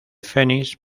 phoenix